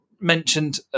mentioned